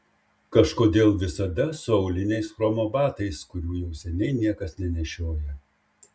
kažkodėl visada su auliniais chromo batais kurių jau seniai niekas nenešioja